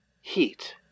Heat